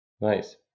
Nice